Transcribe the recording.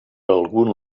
algun